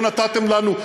לא נתתם לנו.